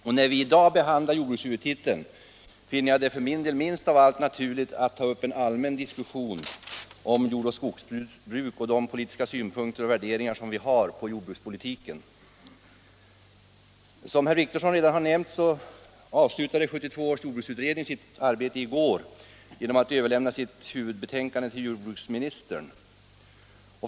Och när vi i dag behandlar jordbrukshuvudtiteln finner jag det för min del minst av allt naturligt att ta upp en allmän diskussion om jord och skogsbruk och de politiska synpunkter och värderingar vi har i fråga om jordbrukspolitiken. Som herr Wictorsson redan nämnt, avslutade 1972 års jordbruksutredning sitt arbete i går genom att överlämna sitt huvudbetänkande till jordbruksministern.